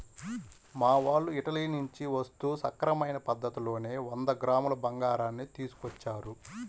మా వాళ్ళు ఇటలీ నుంచి వస్తూ సక్రమమైన పద్ధతిలోనే వంద గ్రాముల బంగారాన్ని తీసుకొచ్చారు